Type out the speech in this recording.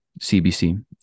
CBC